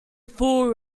full